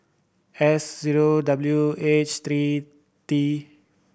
S zero W H three T